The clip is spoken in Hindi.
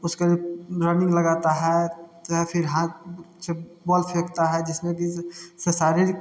उसके लिए रनिंग लगाता है फिर हाथ जब बॉल फेंकता है जिसमें कि शारीरिक